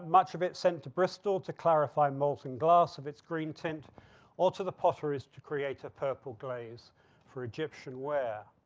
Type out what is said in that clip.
much of it sent to bristol to clarify molten glass of its green tent or to the potterist to create a purple glaze for egyptian wear.